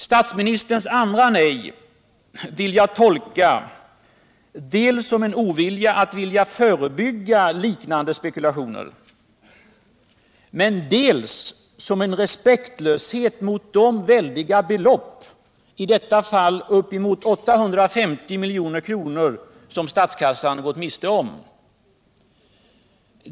Statsministerns andra nej vill jag tolka dels som en ovilja att förebygga liknande spekulationer, dels som en respektlöshet mot de väldiga belopp — i detta fall uppemot 850 milj.kr. — som statskassan gått miste om.